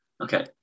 Okay